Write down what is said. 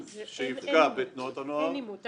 שיפגע בתנועות הנוער -- אין עימות.